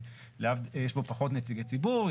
יש בו פחות נציגי ציבור,